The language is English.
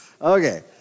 Okay